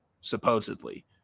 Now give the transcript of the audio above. supposedly